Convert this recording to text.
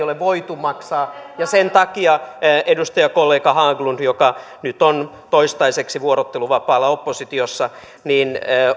ole voitu maksaa sen takia edustajakollega haglund joka nyt on toistaiseksi vuorotteluvapaalla oppositiossa